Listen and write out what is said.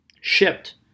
Shipped